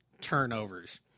turnovers